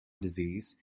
disease